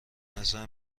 نظر